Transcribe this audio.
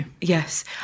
Yes